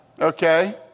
Okay